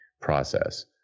process